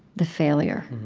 the failure.